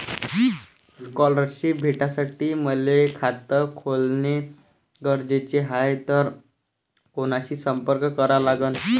Scholarship भेटासाठी मले खात खोलने गरजेचे हाय तर कुणाशी संपर्क करा लागन?